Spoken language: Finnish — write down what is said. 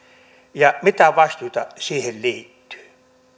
ja mitä vastuita siihen liittyy